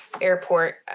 airport